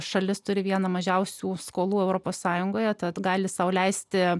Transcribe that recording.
šalis turi vieną mažiausių skolų europos sąjungoje tad gali sau leisti